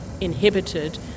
inhibited